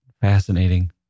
fascinating